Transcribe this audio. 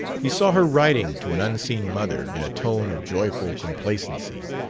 he saw her writing to an unseen mother in a tone of joyful complacency,